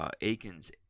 Aikens